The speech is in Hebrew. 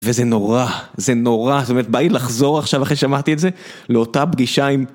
וזה נורא, זה נורא, באמת בא לי לחזור עכשיו אחרי שמעתי את זה, לאותה פגישה עם...